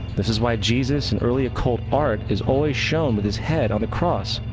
this is why jesus in early occult art is always shown with his head on the cross,